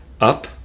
Up